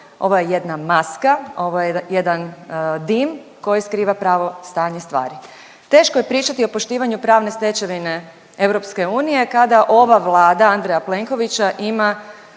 ovo je jedna maska, ovo je jedan dim koji skriva pravo stanje stvari. Teško je pričati o poštivanju pravne stečevine EU kada ova Vlada Andreja Plenkovića ima